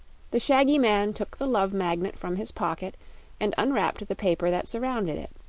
the shaggy man took the love magnet from his pocket and unwrapped the paper that surrounded it.